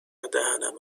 دهنم